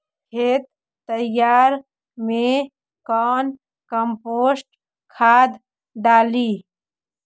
खेत तैयारी मे कौन कम्पोस्ट खाद डाली?